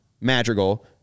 Madrigal